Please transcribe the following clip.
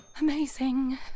Amazing